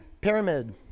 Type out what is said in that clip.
pyramid